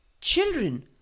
Children